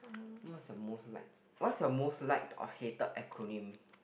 what's your most like what's your most liked or hated acronym